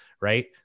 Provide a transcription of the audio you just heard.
right